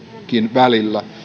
välillä